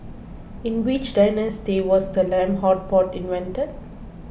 in which dynasty was the lamb hot pot invented